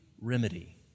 remedy